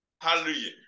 Hallelujah